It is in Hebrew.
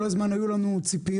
כל הזמן היו לנו ציפיות,